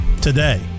today